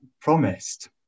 promised